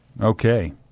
Okay